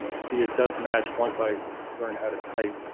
see it does match once i learn how to type